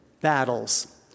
battles